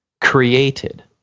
created